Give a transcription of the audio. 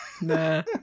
Nah